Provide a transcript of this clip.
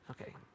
Okay